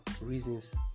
reasons